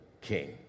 king